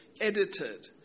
edited